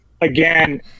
Again